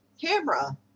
camera